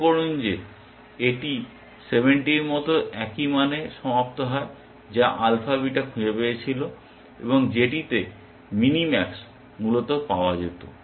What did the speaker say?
লক্ষ্য করুন এটি 70 এর মতো একই মানে সমাপ্ত হয় যা আলফা বিটা খুঁজে পেয়েছিল এবং যেটিতে মিনি ম্যাক্স মূলত পাওয়া যেত